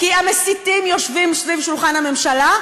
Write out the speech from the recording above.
כי המסיתים יושבים סביב שולחן הממשלה,